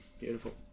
Beautiful